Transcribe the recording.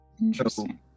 interesting